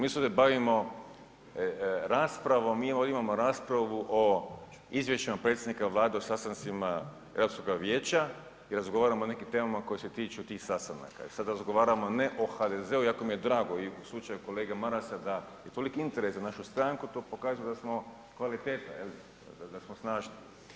Mi se ovdje bavimo raspravom, mi ovdje imamo raspravu o izvješćima predsjednika Vlade o sastancima Europskoga vijeća i razgovaramo o nekim temama koje se tiču tih sastanaka i sada razgovaramo ne o HDZ-u, iako mi je drago i u slučaju kolege Marasa da je toliki interes za našu stranku, to pokazuje da smo kvaliteta jel, da smo snažni.